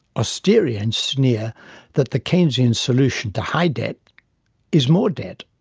austerians sneer that the keynesian solution to high debt is more debt.